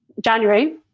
January